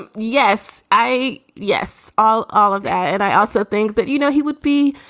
and yes, i. yes all all of. and i also think that, you know, he would be